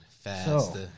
faster